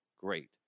great